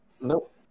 Nope